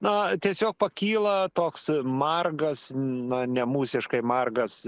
na tiesiog pakyla toks margas na nemūsiškai margas